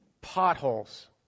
potholes